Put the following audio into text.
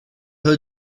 her